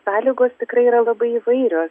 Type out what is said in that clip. sąlygos tikrai yra labai įvairios